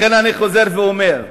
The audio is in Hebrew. לכן אני חוזר ואומר,